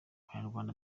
abanyarwanda